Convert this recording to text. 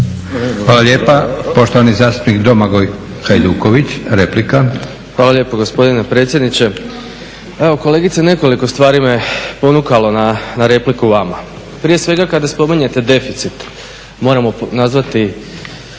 Hvala lijepa. Poštovani zastupnik Domagoj Hajduković, replika. **Hajduković, Domagoj (SDP)** Hvala lijepo gospodine predsjedniče. Evo, kolegice, nekoliko stvari me ponukalo na repliko vama. Prije svega kada spominjete deficit moramo nazvati